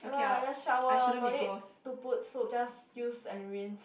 nevermind lah just shower lor no need to put soap just use and rinse